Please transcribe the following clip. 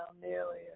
nearly